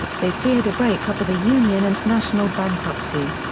they feared a break-up of the union and national bankruptcy.